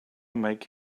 make